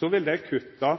vil det kutta